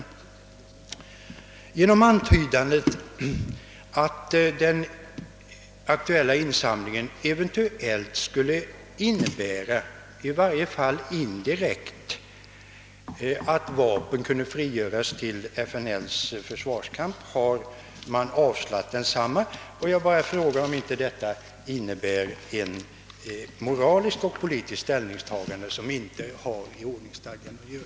På grund av antydanden att den aktuella insamlingen eventuellt skulle innebära, i varje fall indirekt, att vapen kunde frigöras till FNL:s försvarskamp har man avslagit ansökan om tillstånd för densamma. Innebär inte detta ett moraliskt och politiskt ställningstagande, som inte har med ordningsstadgan att göra?